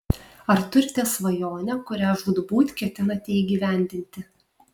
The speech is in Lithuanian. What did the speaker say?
ar turite svajonę kurią žūtbūt ketinate įgyvendinti